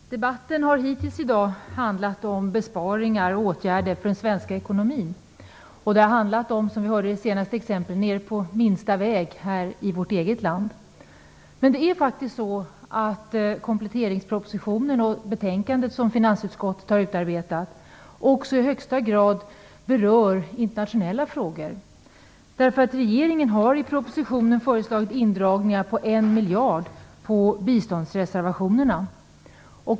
Fru talman! Debatten har hittills i dag handlat om besparingar och åtgärder för den svenska ekonomin. Den har, som vi hörde i det senaste exemplet, handlat om minsta väg här i vårt eget land. Men kompletteringspropositionen och det betänkande som finansutskottet har utarbetat berör också i högsta grad internationella frågor. Regeringen har i propositionen föreslagit indragningar på 1 miljard på biståndsreservationerna.